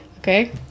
Okay